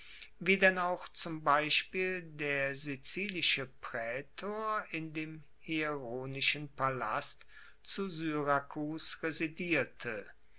wie denn auch zum beispiel der sizilische praetor in dem hieronischen palast zu syrakus residierte